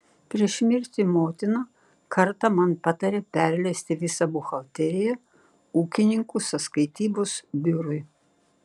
prieš mirtį motina kartą man patarė perleisti visą buhalteriją ūkininkų sąskaitybos biurui